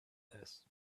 this